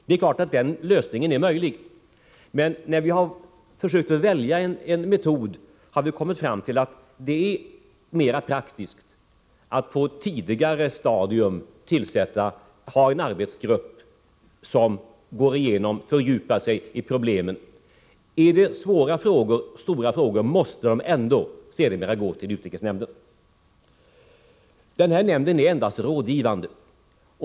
Det är klart att en sådan lösning är möjlig, men när vi har försökt välja en metod har vi kommit fram till att det är mera praktiskt att ha en arbetsgrupp som på ett tidigare stadium går igenom och fördjupar sig i problemen. Är det svåra frågor, måste de ändå sedermera gå 81 Den föreslagna nämnden är endast rådgivande.